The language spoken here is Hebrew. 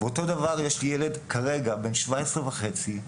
יש לי ילד בן 17 וחצי כרגע,